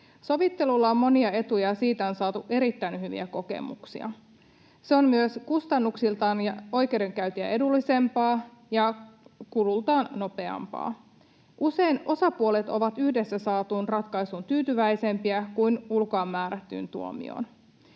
Sovittelulla on monia etuja, ja siitä on saatu erittäin hyviä kokemuksia. Se on myös kustannuksiltaan oikeudenkäyntiä edullisempaa ja kulultaan nopeampaa. Usein osapuolet ovat yhdessä saatuun ratkaisuun tyytyväisempiä kuin ulkoa määrättyyn tuomioon.